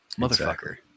motherfucker